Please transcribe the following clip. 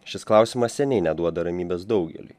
šis klausimas seniai neduoda ramybės daugeliui